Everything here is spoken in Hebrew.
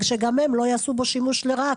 ושגם הם לא יעשו בו שימוש לרעה,